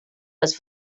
les